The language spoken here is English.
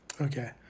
Okay